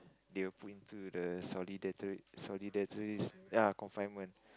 they will put into the solidatory solidatory ya confinement